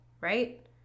right